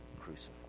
crucified